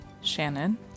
shannon